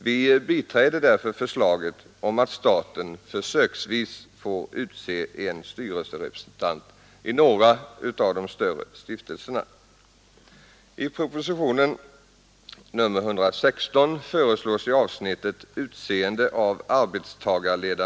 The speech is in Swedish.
Vi biträder d f en styrelserepresentant i några av de aget om att staten försöksvis får utse större stiftelserna.